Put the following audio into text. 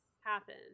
happen